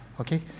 okay